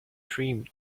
dream